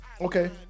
okay